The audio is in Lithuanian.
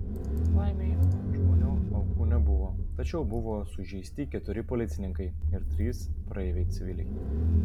laimei žmonių aukų nebuvo tačiau buvo sužeisti keturi policininkai ir trys praeiviai civiliai